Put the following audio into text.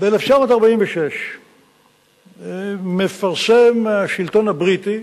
ב-1946 מפרסם השלטון הבריטי